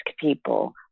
people